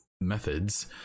methods